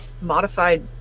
modified